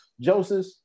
Joseph